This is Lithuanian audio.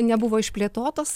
nebuvo išplėtotos